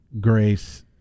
grace